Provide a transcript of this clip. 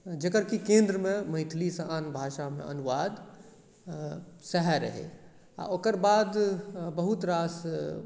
जकर कि केन्द्रमे मैथिलीसँ आन भाषामे अनुवाद सएह रहै आओर ओकर बाद बहुत रास